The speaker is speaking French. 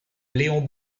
léon